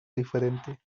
diferente